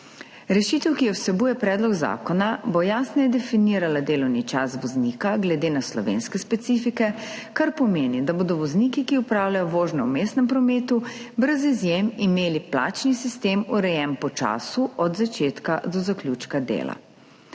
Rešitev, ki jo vsebuje predlog zakona, bo jasneje definirala delovni čas voznika glede na slovenske specifike, kar pomeni, da bodo imeli vozniki, ki opravljajo vožnjo v mestnem prometu, brez izjem plačni sistem urejen po času od začetka do zaključka dela.